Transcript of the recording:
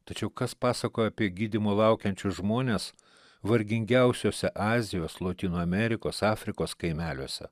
tačiau kas pasakoja apie gydymo laukiančius žmones vargingiausiose azijos lotynų amerikos afrikos kaimeliuose